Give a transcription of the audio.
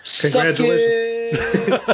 Congratulations